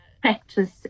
practice